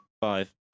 five